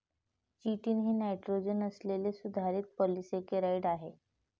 chitin हे nitrogen असलेले सुधारित पॉलिसेकेराइड आहे